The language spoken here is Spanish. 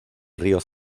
río